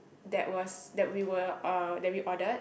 that was that we were uh that we ordered